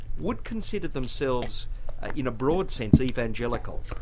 would consider themselves in a broad sense evangelical.